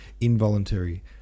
Involuntary